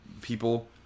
people